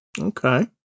Okay